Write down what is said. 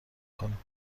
کنیم